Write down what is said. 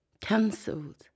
cancelled